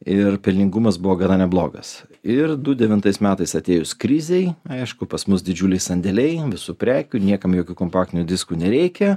ir pelningumas buvo gana neblogas ir du devintais metais atėjus krizei aišku pas mus didžiuliai sandėliai visų prekių niekam jokių kompaktinių diskų nereikia